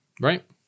right